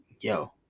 yo